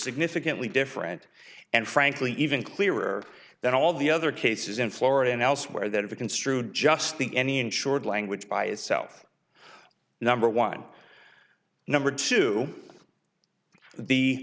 significantly different and frankly even clearer than all the other cases in florida and elsewhere that if a construed just think any insured language by itself number one number two the